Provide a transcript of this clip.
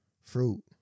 fruit